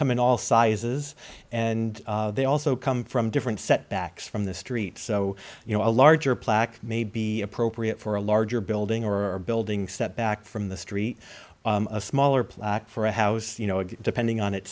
come in all sizes and they also come from different set backs from the street so you know a larger plaque may be appropriate for a larger building or building set back from the street a smaller plaque for a house you know depending on